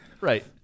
Right